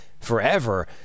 forever